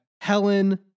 Helen